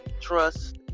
Trust